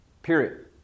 Period